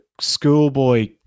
schoolboy